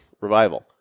revival